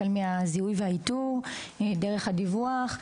החל מהזיהוי והאיתור דרך הדיווח,